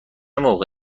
موقع